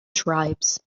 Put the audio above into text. tribes